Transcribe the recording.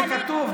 זה כתוב.